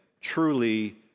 truly